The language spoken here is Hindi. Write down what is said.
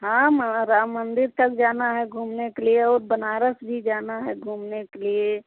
हाँ राम मंदिर तक जाना है घूमने के लिए और बनारस भी जाना है घूमने के लिए